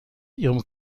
ihrem